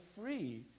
free